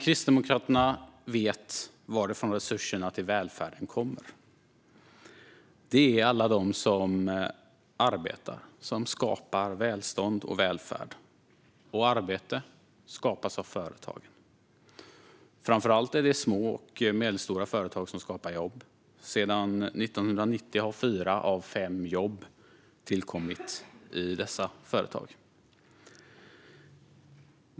Kristdemokraterna vet varifrån resurserna till välfärden kommer. Det är alla de som arbetar som skapar välstånd och välfärd, och arbete skapas av företag. Framför allt är det små och medelstora företag som skapar jobb. Sedan 1990 har fyra av fem jobb tillkommit i dessa företag.